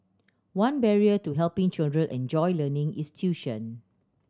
one barrier to helping children enjoy learning is tuition